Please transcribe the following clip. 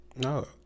No